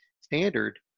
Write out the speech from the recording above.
standard